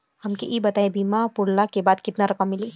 हमके ई बताईं बीमा पुरला के बाद केतना रकम मिली?